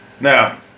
Now